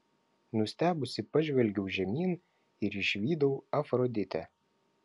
nustebusi pažvelgiau žemyn ir išvydau afroditę